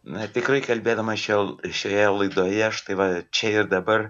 na tikrai kalbėdamas čia šioje laidoje štai va čia ir dabar